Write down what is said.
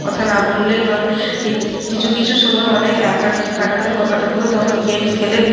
কথা না বললেই নয় কিছু কিছু সময়ে অনেক একাকি কাটাতে হো কাটাতে হত তখন গেমস খেলে